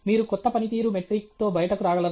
మీరు కొత్త పనితీరు మెట్రిక్తో బయటకు రాగలరా